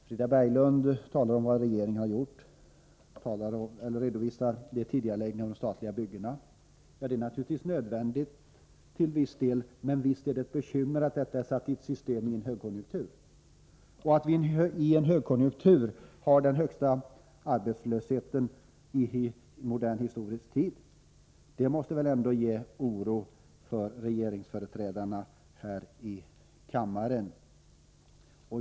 Frida Berglund talar om vad regeringen har gjort och redovisar tidigareläggning av de statliga byggena. Det är naturligtvis nödvändigt till viss del. Men visst är det ett bekymmer att detta är satt i system under en högkonjunktur. Att vi i en högkonjunktur har den högsta arbetslösheten i modern historisk tid måste väl ändå oroa regeringens företrädare här i kammaren.